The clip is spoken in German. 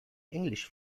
englisch